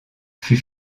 fut